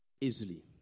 easily